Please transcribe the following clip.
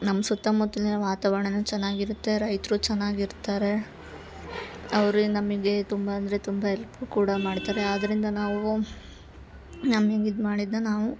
ನಮ್ಮ ಸುತ್ತಮುತ್ಲಿನ ವಾತಾವರ್ಣನು ಚೆನ್ನಾಗಿರುತ್ತೆ ರೈತರು ಚೆನ್ನಾಗಿರ್ತಾರೆ ಅವ್ರಿಂದ ನಮಗೆ ತುಂಬ ಅಂದರೆ ತುಂಬ ಎಲ್ಪ್ ಕೂಡ ಮಾಡ್ತಾರೆ ಆದ್ದರಿಂದ ನಾವು ನಮಗೆ ಇದ್ಮಾಡಿದ್ನ ನಾವು